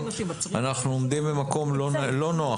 אנחנו עומדים במקום לא נוח.